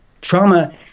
trauma